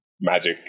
magic